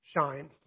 shine